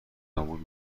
نابود